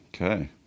Okay